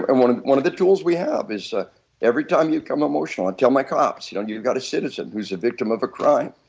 and one of one of the tools we have is ah every time you become emotional and i tell my cops you know you got a citizen who is a victim of a crime,